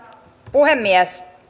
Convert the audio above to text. puhemies